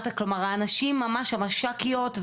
הם המש"קיות,